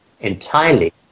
entirely